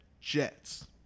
Jets